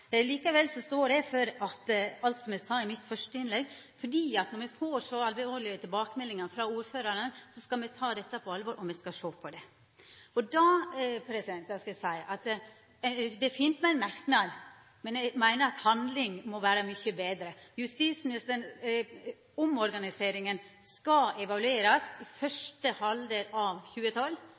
står eg for alt eg sa i mitt første innlegg. Når me får så alvorlege tilbakemeldingar frå ordførarane, skal me ta dette på alvor, og me skal sjå på det. Det er fint med ein merknad, men eg meiner at handling er mykje betre. Omorganiseringa skal evaluerast første halvdel av 2012,